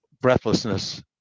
breathlessness